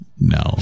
No